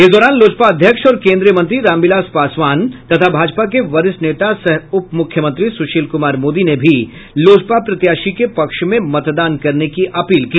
इस दौरान लोजपा अध्यक्ष और केन्द्रीय मंत्री रामविलास पासवान तथा भाजपा के वरिष्ठ नेता सह उपमुख्यमंत्री सुशील कुमार मोदी ने भी लोजपा प्रत्याशी के पक्ष में मतदान करने की अपील की